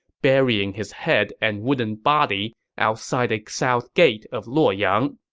burying his head and wooden body outside the south gate of luoyang.